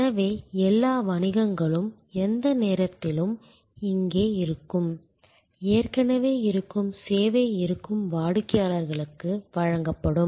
எனவே எல்லா வணிகங்களும் எந்த நேரத்திலும் இங்கே இருக்கும் ஏற்கனவே இருக்கும் சேவை இருக்கும் வாடிக்கையாளர்களுக்கு வழங்கப்படும்